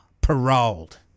paroled